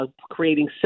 Creating